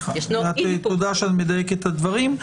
תודה שאת מדייקת את הדברים.